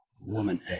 woman